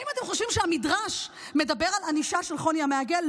האם אתם חושבים שהמדרש מדבר על ענישה של חוני המעגל?